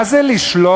מה זה לשלול?